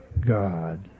God